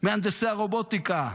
מהנדסי הרובוטיקה.